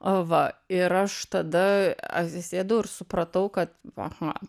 va ir aš tada atsisėdau ir supratau kad aha